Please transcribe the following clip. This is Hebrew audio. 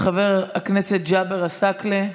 חבר הכנסת ג'אבר עסאקלה,